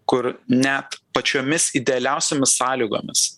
kur net pačiomis idealiausiomis sąlygomis